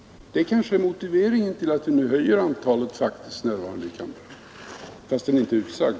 Det kanske är motiveringen till att vi nu höjer antalet faktiskt närvarande i kammaren, fastän den motiveringen inte är utsagd.